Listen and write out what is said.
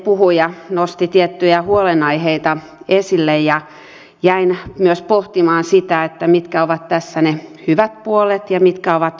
edellinen puhuja nosti tiettyjä huolenaiheita esille ja jäin myös pohtimaan sitä mitkä ovat tässä ne hyvät puolet ja mitkä ovat huonot puolet